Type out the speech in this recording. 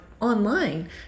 online